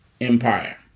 Empire